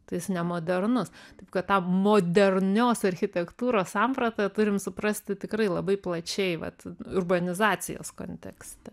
tai jis nemodernus taip kad tą modernios architektūros sampratą turim suprasti tikrai labai plačiai vat urbanizacijos kontekste